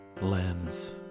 lens